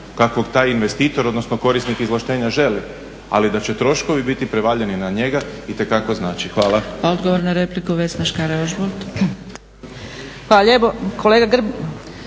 kakvog taj investitor, odnosno korisnik izvlaštenja želi ali da će troškovi biti prevaljeni na njega itekako znači. Hvala.